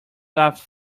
after